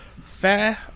fair